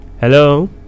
Hello